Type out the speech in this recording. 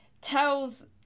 tells